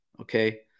Okay